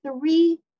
three